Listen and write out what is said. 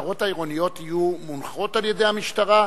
המשטרות העירוניות יהיו מונחות על-ידי המשטרה,